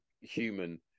human